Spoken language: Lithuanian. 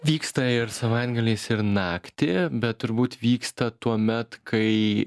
vyksta ir savaitgaliais ir naktį bet turbūt vyksta tuomet kai